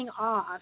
off